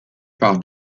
par